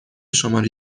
شماره